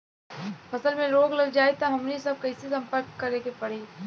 फसल में रोग लग जाई त हमनी सब कैसे संपर्क करें के पड़ी?